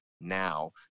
now